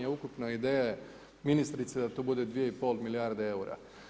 A ukupna ideja je ministrice da to bude 2,5 milijarde eura.